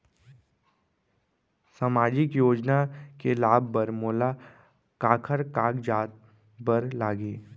सामाजिक योजना के लाभ बर मोला काखर कागजात बर लागही?